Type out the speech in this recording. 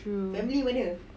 true